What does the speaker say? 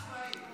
הכרעה צבאית.